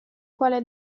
quale